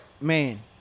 Man